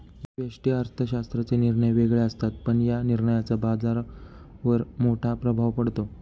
व्यष्टि अर्थशास्त्राचे निर्णय वेगळे असतात, पण या निर्णयांचा बाजारावर मोठा प्रभाव पडतो